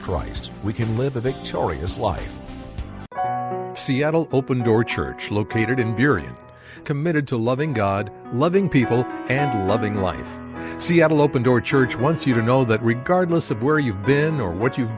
christ we can live a victorious life seattle open door church located in during committed to loving god loving people and loving life she had an open door church once you don't know but regardless of where you've been or what you've